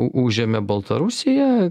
užėmė baltarusiją